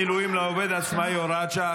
תגמול מילואים לעובד עצמאי) (הוראת שעה,